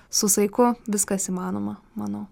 su saiku viskas įmanoma manau